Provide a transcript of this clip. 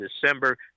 December